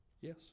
yes